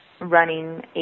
running